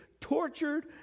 tortured